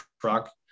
truck